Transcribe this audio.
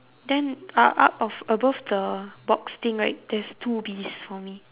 then out out of above the box thing right there's two bees for me